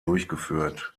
durchgeführt